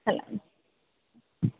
ହେଲା